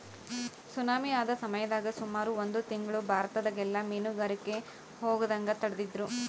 tsunami ಆದ ಸಮಯದಾಗ ಸುಮಾರು ಒಂದು ತಿಂಗ್ಳು ಭಾರತದಗೆಲ್ಲ ಮೀನುಗಾರಿಕೆಗೆ ಹೋಗದಂಗ ತಡೆದಿದ್ರು